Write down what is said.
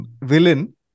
villain